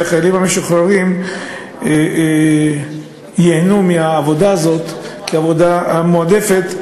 שהחיילים המשוחררים ייהנו מהעבודה הזאת כעבודה מועדפת,